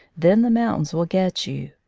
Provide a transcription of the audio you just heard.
then the mountains will get you.